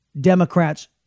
Democrats